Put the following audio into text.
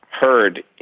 heard